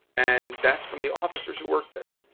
and that's from the officers who work there.